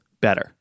better